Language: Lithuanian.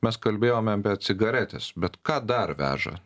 mes kalbėjome apie cigaretes bet ką dar veža